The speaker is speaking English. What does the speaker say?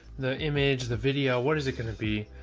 the image, the video, what is it going to be?